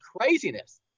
craziness